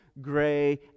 gray